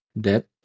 depth